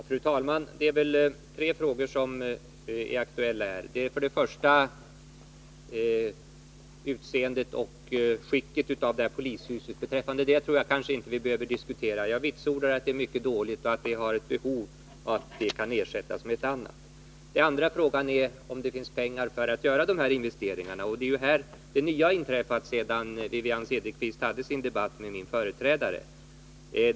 Fru talman! Tre frågor är aktuella här. Den första frågan gäller polishusets skick. Det behöver vi inte diskutera; jag vitsordar att det är mycket dåligt och att polishuset behöver ersättas med ett annat. Den andra frågan är om det finns pengar för att göra dessa investeringar. Det är här som det nya har inträffat sedan Wivi-Anne Cederqvist hade sin debatt med min företrädare.